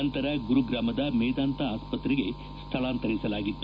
ನಂತರ ಗುರುಗ್ರಾಮದ ಮೇದಾಂತ ಆಸ್ಪತ್ರೆಗೆ ಸ್ಥಳಾಂತರಿಸಲಾಗಿತ್ತು